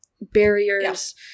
barriers